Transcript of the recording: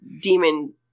demon